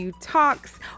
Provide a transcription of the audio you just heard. Talks